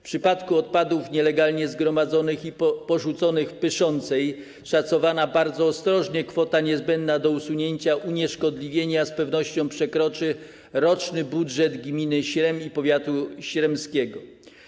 W przypadku odpadów nielegalnie zgromadzonych i porzuconych w Pyszącej szacowana, bardzo ostrożnie, kwota, jaka jest niezbędna do ich usunięcia, unieszkodliwienia, z pewnością przekroczy roczny budżet gminy Śrem i powiatu śremskiego.